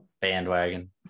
Bandwagon